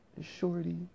shorty